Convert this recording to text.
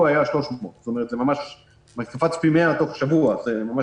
היו 300. זה קפץ פי 100 תוך שבוע ולכן,